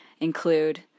include